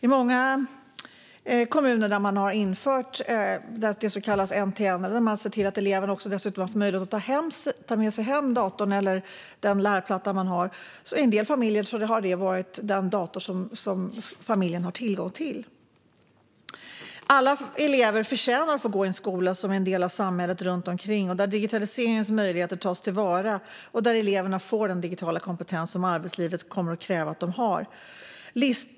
I kommuner där man har infört det som kallas en-till-en och sett till att eleverna dessutom har möjlighet att ta med sig datorn eller lärplattan hem har det för en del familjer varit den dator som familjen har tillgång till. Alla elever förtjänar att gå i en skola som är en del av samhället runt omkring, där digitaliseringens möjligheter tas till vara och där eleverna får den digitala kompetens som arbetslivet kommer att kräva att de har.